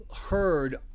heard